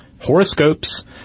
horoscopes